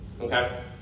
okay